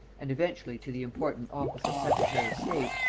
and eventually to the important office of secretary of state,